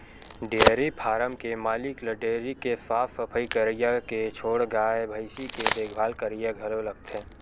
dairy farm के मालिक ल डेयरी के साफ सफई करइया के छोड़ गाय भइसी के देखभाल करइया घलो लागथे